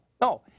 No